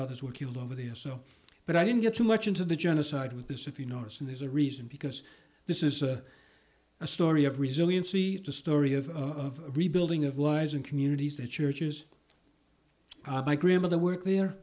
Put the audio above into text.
others were killed over here so but i didn't get too much into the genocide with this if you notice and there's a reason because this is a a story of resiliency the story of of rebuilding of lies in communities the churches my grandmother w